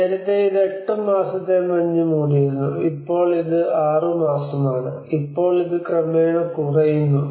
നേരത്തെ ഇത് 8 മാസത്തെ മഞ്ഞ് മൂടിയിരുന്നു ഇപ്പോൾ ഇത് ആറുമാസമാണ് ഇപ്പോൾ ഇത് ക്രമേണ കുറയുന്നു